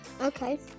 Okay